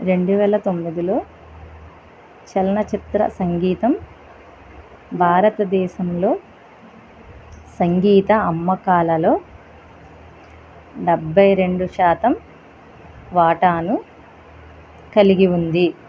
రెండు వేల తొమ్మిదిలో చలన చిత్ర సంగీతం భారతదేశంలో సంగీత అమ్మకాలలో డెబ్భై రెండు శాతం వాటాను కలిగి ఉంది